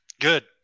Good